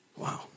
Wow